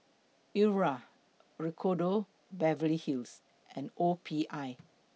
Iora Ricardo Beverly Hills and O P I